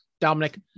Dominic